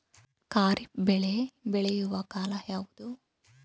ಖಾರಿಫ್ ಬೆಳೆ ಬೆಳೆಯುವ ಕಾಲ ಯಾವುದು?